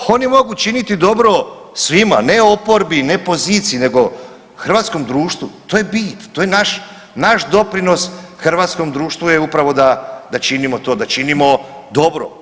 Oni mogu činiti dobro svima, ne oporbi, ne poziciji, nego hrvatskom društvu, to je bit, to je naš doprinos hrvatskom društvu je upravo to da činimo to, da činimo dobro.